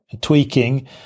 tweaking